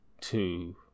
two